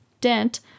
dent